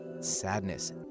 sadness